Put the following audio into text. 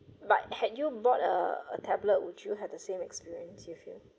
but had you bought a a tablet would you have the same experience you feel